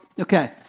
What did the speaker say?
Okay